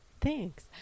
Thanks